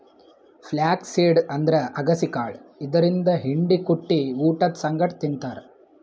flax seed ಅಂದ್ರ ಅಗಸಿ ಕಾಳ್ ಇದರಿಂದ್ ಹಿಂಡಿ ಕುಟ್ಟಿ ಊಟದ್ ಸಂಗಟ್ ತಿಂತಾರ್